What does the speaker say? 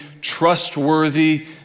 trustworthy